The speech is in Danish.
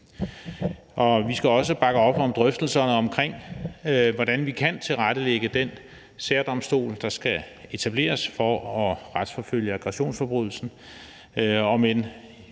Vi skal også bakke op om drøftelserne omkring, hvordan vi kan tilrettelægge den særdomstol, der skal etableres for at retsforfølge aggressionsforbrydelsen,